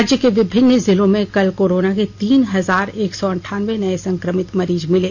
राज्य के विभिन्न जिलों में कल कोरोना के तीन हजार एक सौ अंठानबे नए संक्रमित मरीज मिले